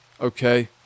okay